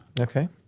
Okay